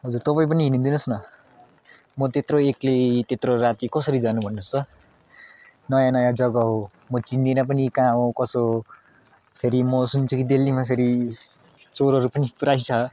हजुर तपाईँ पनि हिँडिदिनुहोस् न म त्यत्रो एक्लै त्यत्रो राति कसरी जानु भन्नुहोस् त नयाँ नयाँ जग्गा हो म चिन्दिनँ पनि कहाँ हो कसो हो फेरि म सुन्छु कि दिल्लीमा फेरि चोरहरू पनि पुरै छ